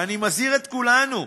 ואני מזהיר את כולנו,